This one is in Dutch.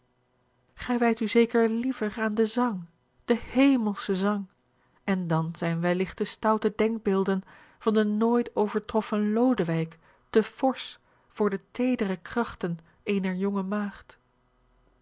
grij wijdt u zeker liever aan den zang den hemelschen zang en lan zijn welligt de stoute denkbeelden van den nooit overtroffen lodewijk te forsch voor de teedere krachten eener jonge maagd